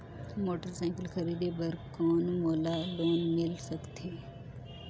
Motorcycle खरीदे बर कौन मोला लोन मिल सकथे?